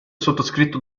sottoscritto